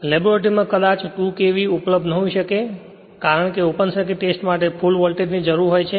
લેબોરેટરીમાં 2 KV કદાચ ઉપલબ્ધ ન હોઈ શકે કારણ કે ઓપન સર્કિટ ટેસ્ટ માટે ફુલ વોલ્ટેજની જરૂર હોય છે